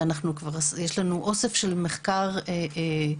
שיש לנו אוסף של מחקר עליהם,